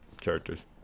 characters